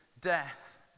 death